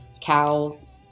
Cows